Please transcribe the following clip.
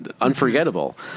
Unforgettable